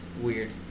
Weird